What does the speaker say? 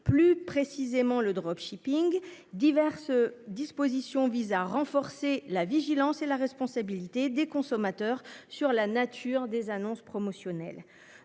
plus précisément le dropshipping diverses dispositions visent à renforcer la vigilance et la responsabilité des consommateurs sur la nature des annonces promotionnelles.